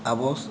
ᱟᱵᱚ